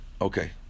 Okay